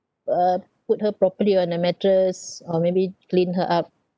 uh put her properly on a mattress or maybe clean her up